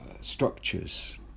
structures